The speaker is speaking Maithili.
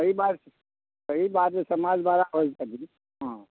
सही बात सही बात छै समाज बड़ा होइ छथिन हँ